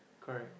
correct